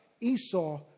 Esau